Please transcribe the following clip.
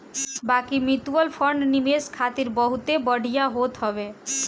बाकी mutual fund निवेश खातिर बहुते बढ़िया होत हवे